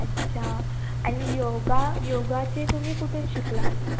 अच्छा आणि योगा योगाचे तुम्ही कुठून शिकला